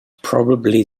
probably